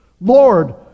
Lord